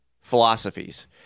philosophies